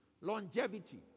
Longevity